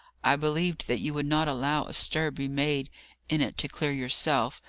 i believed that you would not allow a stir be made in it to clear yourself,